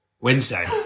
Wednesday